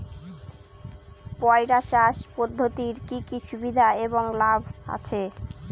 পয়রা চাষ পদ্ধতির কি কি সুবিধা এবং লাভ আছে?